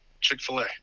Chick-fil-A